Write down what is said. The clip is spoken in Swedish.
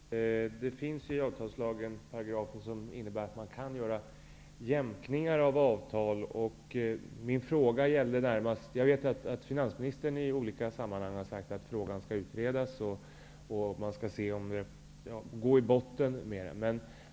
Herr talman! Det finns ju i avtalslagen paragrafer som innebär att man kan göra jämkningar av avtal. Jag vet att finansministern i olika sammanhang har sagt att frågan skall utredas och att man skall gå till botten med den.